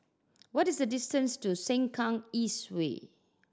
what is the distance to Sengkang East Way